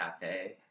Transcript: cafe